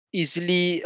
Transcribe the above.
easily